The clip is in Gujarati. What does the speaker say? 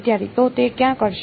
વિદ્યાર્થી તો તે ત્યાં કરશે